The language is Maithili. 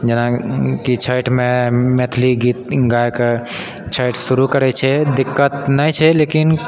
जेनाकि छैठमे मैथिली गीत गायकऽ छैठ शुरू करै छै दिक्कत नहि छै लेकिन